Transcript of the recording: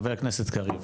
חבר הכנסת קריב,